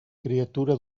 criatura